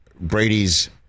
Brady's